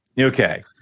okay